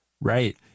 Right